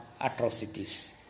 atrocities